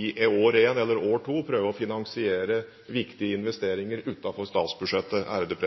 i år 1 eller år 2 prøver å finansiere viktige investeringer utenfor statsbudsjettet.